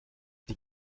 die